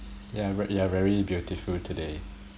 you're v~ you're very beautiful today